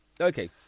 Okay